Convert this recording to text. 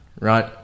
right